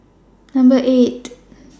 Number eight